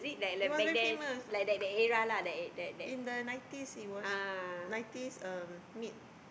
it was very famous in the nineties it was nineties um mid